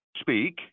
speak